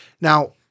Now